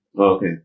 okay